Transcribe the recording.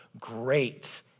great